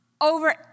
over